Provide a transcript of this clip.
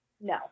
No